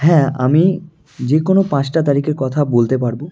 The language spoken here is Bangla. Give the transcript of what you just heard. হ্যাঁ আমি যে কোনো পাঁচটা তারিখের কথা বলতে পারব